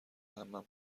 عمم